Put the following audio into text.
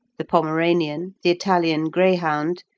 the pomeranian, the italian greyhound,